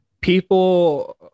People